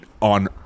On